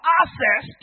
access